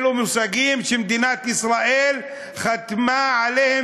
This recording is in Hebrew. אלה מושגים שמדינת ישראל חתמה עליהם